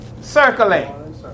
circling